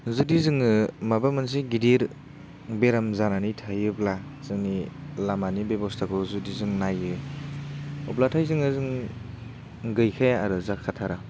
जुदि जोङो माबा मोनसे गिदिर बेराम जानानै थायोब्ला जोंनि लामानि बेबस्थाखौ जुदि जों नायो अब्लाथाय जोङो जों गैखाया आरो जाखाथारा